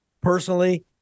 Personally